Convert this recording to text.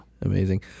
amazing